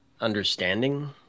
understanding